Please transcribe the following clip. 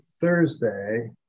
Thursday